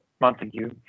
montague